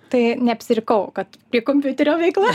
tai neapsirikau kad prie kompiuterio veikla